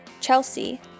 Chelsea